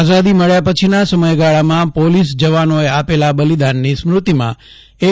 આઝાદી મળ્યા પછીના સમયગાળામાં પોલીસ જવાનોએ આપેલા બલિદાનની સ્મૃતિમાં એન